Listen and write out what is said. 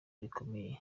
rikomeye